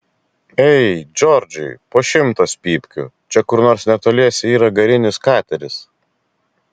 ei džordžai po šimtas pypkių čia kur nors netoliese yra garinis kateris